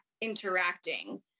interacting